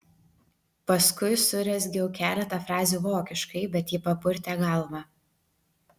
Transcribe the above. paskui surezgiau keletą frazių vokiškai bet ji papurtė galvą